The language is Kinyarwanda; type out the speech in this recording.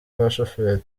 abashoferi